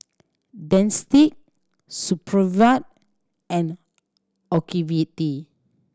Dentiste Supravit and Ocuvite